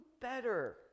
better